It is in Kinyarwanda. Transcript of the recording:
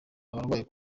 abarwayi